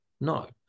no